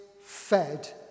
fed